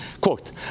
Quote